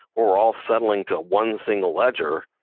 are all settling to one single ledger,